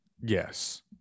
Yes